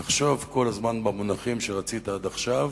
תחשוב כל הזמן במונחים שרצית עד עכשיו,